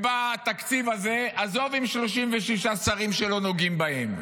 בא התקציב הזה, עזוב עם 36 שרים שלא נוגעים בהם,